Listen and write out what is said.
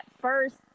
first